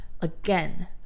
Again